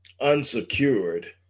unsecured